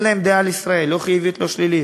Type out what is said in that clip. אין להם דעה על ישראל, לא חיובית ולא שלילית,